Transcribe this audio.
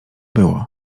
było